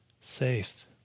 safe